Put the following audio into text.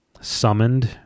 summoned